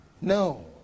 no